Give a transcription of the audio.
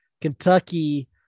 Kentucky